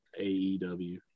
AEW